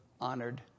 honored